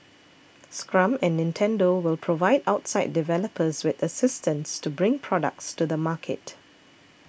Scrum and Nintendo will provide outside developers with assistance to bring products to the market